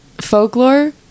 folklore